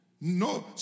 No